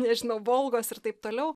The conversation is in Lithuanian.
nežinau volgos ir taip toliau